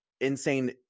insane